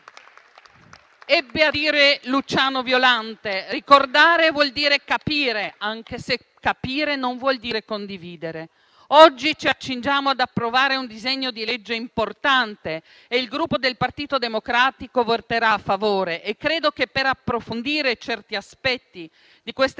Ebbe a dire Luciano Violante che ricordare vuol dire capire, anche se capire non vuol dire condividere. Oggi ci accingiamo ad approvare un disegno di legge importante, e il Gruppo Partito Democratico voterà a favore. Credo che per approfondire certi aspetti di queste